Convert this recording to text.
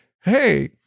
hey